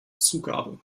zugabe